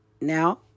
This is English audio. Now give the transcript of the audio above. Now